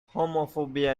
homophobia